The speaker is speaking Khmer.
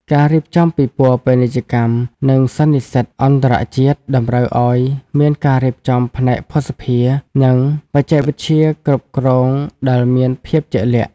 ការរៀបចំពិព័រណ៍ពាណិជ្ជកម្ម និងសន្និសីទអន្តរជាតិ តម្រូវឱ្យមានការរៀបចំផ្នែកភស្តុភារ និងបច្ចេកវិទ្យាគ្រប់គ្រងដែលមានភាពជាក់លាក់។